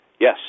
Yes